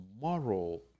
moral